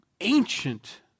ancient